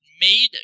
made